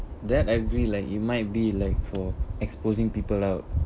that I agree like you might be like for exposing people out